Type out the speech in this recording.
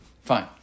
Fine